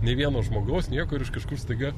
nei vieno žmogaus nieko ir iš kažkur staiga